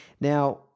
Now